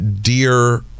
dear